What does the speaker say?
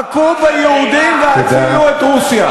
"הכו ביהודים והצילו את רוסיה"